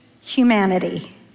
humanity